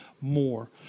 more